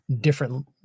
different